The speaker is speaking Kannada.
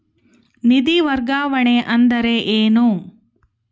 ನಿಧಿ ವರ್ಗಾವಣೆ ಅಂದರೆ ಏನು?